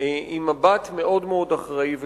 עם מבט מאוד אחראי ושקול.